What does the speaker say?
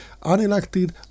unelected